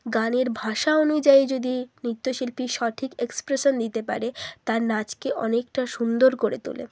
গানের ভাষা অনুযায়ী যদি নৃত্য শিল্পী সঠিক এক্সপ্রেশান দিতে পারে তার নাচকে অনেকটা সুন্দর করে তোলে